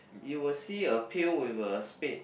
you will see a pail with a spade